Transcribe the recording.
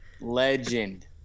Legend